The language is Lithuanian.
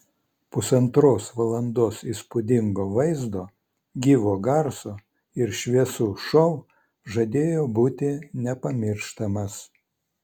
pusantros valandos įspūdingo vaizdo gyvo garso ir šviesų šou žadėjo būti nepamirštamas